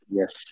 yes